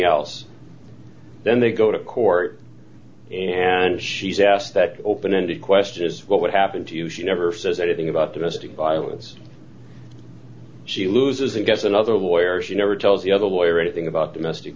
else then they go to court and she's asked that open ended question is what would happen to you she never says anything about domestic violence she loses and gets another lawyer she never tells the other lawyer anything about domestic